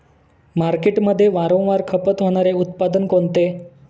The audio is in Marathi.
मार्केटमध्ये वारंवार खपत होणारे उत्पादन कोणते?